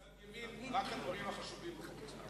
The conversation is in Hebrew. בצד ימין רק הדברים החשובים קורים.